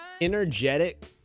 energetic